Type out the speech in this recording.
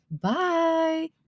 Bye